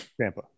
Tampa